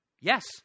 yes